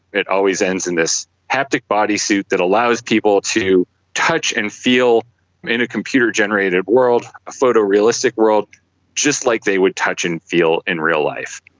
it always ends in this haptic bodysuit that allows people to touch and feel in a computer-generated world, a photorealistic world just like they would touch and feel in real life.